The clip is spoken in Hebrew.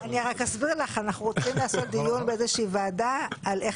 אני אסביר לך: אנחנו רוצים לעשות דיון באיזו שהיא ועדה על איך